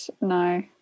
no